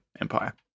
Empire